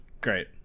Great